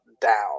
down